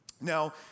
Now